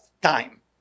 time